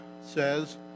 says